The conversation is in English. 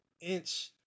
inch